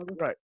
Right